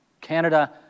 Canada